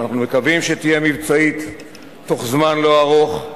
שאנחנו מקווים שתהיה מבצעית בתוך זמן לא ארוך,